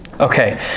Okay